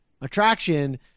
attraction